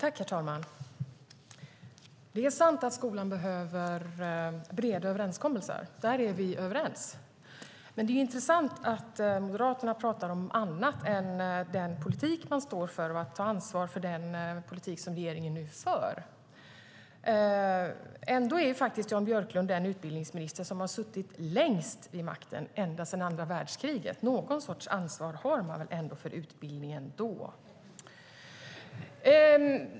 Herr talman! Det är sant att skolan behöver breda överenskommelser. Där är vi överens. Men det är intressant att Moderaterna pratar om annat än den politik man står för och att ta ansvar för den politik som regeringen nu för. Ändå är Jan Björklund den utbildningsminister som efter andra världskriget har suttit längst vid makten. Då har man väl ändå någon sorts ansvar för utbildningen.